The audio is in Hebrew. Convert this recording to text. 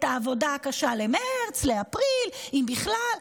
את העבודה הקשה, למרץ, לאפריל, אם בכלל.